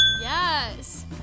Yes